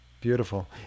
Beautiful